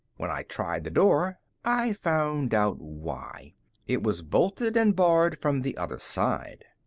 when i tried the door, i found out why it was bolted and barred from the other side.